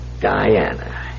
Diana